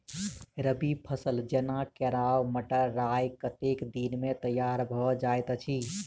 रबी फसल जेना केराव, मटर, राय कतेक दिन मे तैयार भँ जाइत अछि?